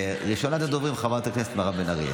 ראשונת הדוברים, חברת הכנסת מירב בן ארי,